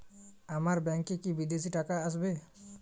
আমার ব্যংকে কি বিদেশি টাকা আসবে?